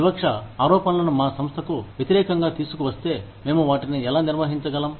వివక్ష ఆరోపణలను మా సంస్థకు వ్యతిరేకంగా తీసుకువస్తే మేము వాటిని ఎలా నిర్వహించగలం